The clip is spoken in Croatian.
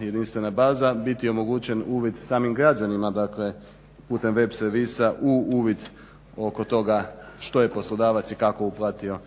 jedinstvena baza biti omogućen uvid samim građanima putem web servisa u uvid oko toga što je poslodavac i kako uplatio